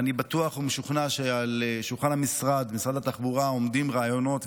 אני בטוח ומשוכנע שעל שולחן משרד התחבורה עומדים רעיונות,